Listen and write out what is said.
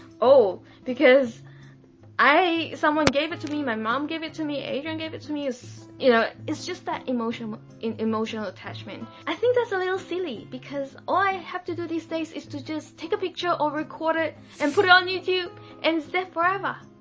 oh because i someone gave it to me. my mom gave it to me adrian. give it to me it's you know, it's just that emotional in emotional attachment i think that's a little silly because i have to do these things is to just take a picture or record it and put it on youtube and step forever.